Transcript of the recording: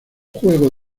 juego